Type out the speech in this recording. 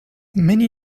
many